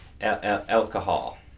Alcohol